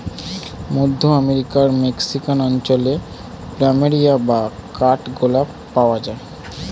মধ্য আমেরিকার মেক্সিকান অঞ্চলে প্ল্যামেরিয়া বা কাঠ গোলাপ পাওয়া যায়